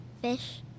Fish